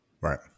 Right